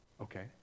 Okay